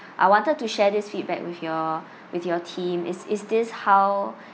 I wanted to share this feedback with your with your team is is this how